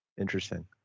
Interesting